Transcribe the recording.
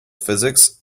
physics